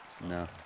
No